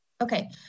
Okay